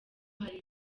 hari